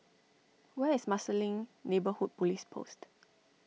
where is Marsiling Neighbourhood Police Post